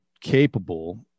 capable